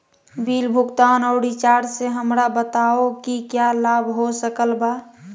Bill भुगतान और recharge से हमरा बताओ कि क्या लाभ हो सकल बा?